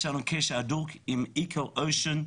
יש לנו קשר הדוק עם eco-ocean.